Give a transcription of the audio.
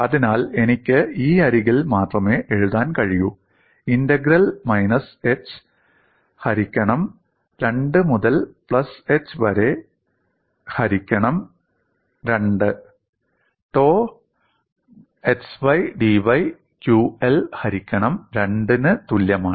അതിനാൽ എനിക്ക് ഈ അരികിൽ മാത്രമേ എഴുതാൻ കഴിയൂ ഇന്റഗ്രൽ മൈനസ് h ഹരിക്കണം 2 മുതൽ പ്ലസ് h ഹരിക്കണം 2 ടോ xydy qL ഹരിക്കണം 2 ന് തുല്യമാണ്